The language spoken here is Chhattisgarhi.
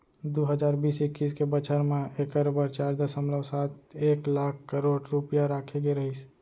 दू हजार बीस इक्कीस के बछर म एकर बर चार दसमलव सात एक लाख करोड़ रूपया राखे गे रहिस